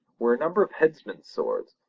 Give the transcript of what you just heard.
were a number of headsmen's swords,